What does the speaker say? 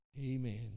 Amen